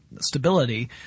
stability